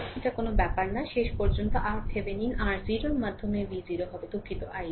এটা কোনো ব্যপার না শেষ পর্যন্ত RThevenin R0 এর মাধ্যমে V0 হবে I দুঃখিত I0